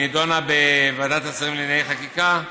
נדונה בוועדת שרים לענייני חקיקה,